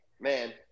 man